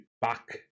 back